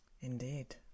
indeed